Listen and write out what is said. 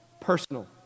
personal